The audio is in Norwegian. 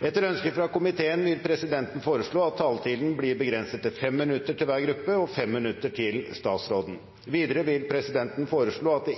Etter ønske fra kommunal- og forvaltningskomiteen vil presidenten foreslå at taletiden blir begrenset til 5 minutter til hver gruppe og 5 minutter til statsråden. Videre vil presidenten foreslå at det